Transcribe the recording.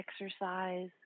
exercise